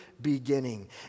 beginning